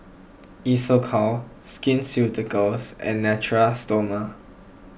Isocal Skin Ceuticals and Natura Stoma